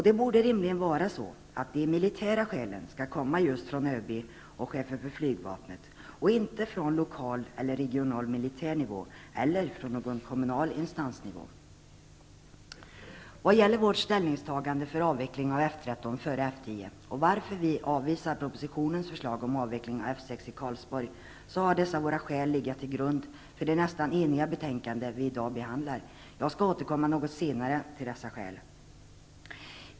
Det borde rimligen vara så att de militära skälen skall komma just från ÖB och chefen för flygvapnet, och inte från lokal eller regional militär nivå eller från någon kommunal instansnivå. Vad gäller vårt ställningstagande för avveckling av F 13 före F 10 och varför vi avvisar propositionens förslag om avveckling av F 6 i Karlsborg, har våra skäl legat till grund för det nästan eniga betänkande vi i dag behandlar. Jag skall återkomma något senare till dessa skäl.